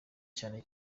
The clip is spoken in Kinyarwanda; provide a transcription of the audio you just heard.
cyane